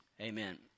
Amen